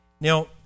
Now